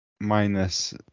minus